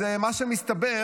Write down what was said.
אז מה שמסתבר,